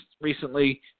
recently